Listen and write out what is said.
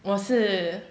我是